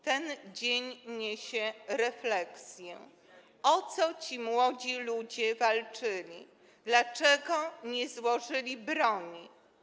Ten dzień niesie refleksję, o co ci młodzi ludzie walczyli, dlaczego nie złożyli broni.